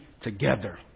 together